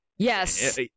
yes